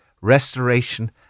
restoration